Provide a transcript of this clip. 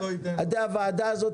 הוועדה הזאת,